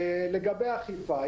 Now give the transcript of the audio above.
לגבי אכיפה,